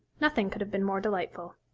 nothing could have been more delightful.